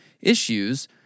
issues